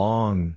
Long